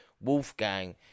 Wolfgang